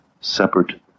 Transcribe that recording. separate